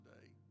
today